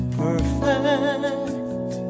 perfect